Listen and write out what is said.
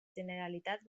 generalitat